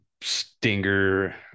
Stinger